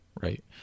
right